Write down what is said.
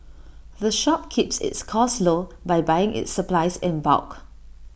the shop keeps its costs low by buying its supplies in bulk